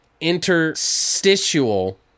interstitial